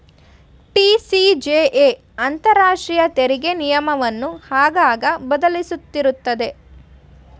TCJA ಅಂತರಾಷ್ಟ್ರೀಯ ತೆರಿಗೆ ನಿಯಮವನ್ನು ಆಗಾಗ ಬದಲಿಸುತ್ತಿರುತ್ತದೆ